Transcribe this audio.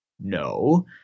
No